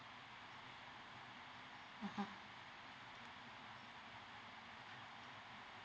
mmhmm